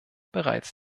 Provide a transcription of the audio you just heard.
bereits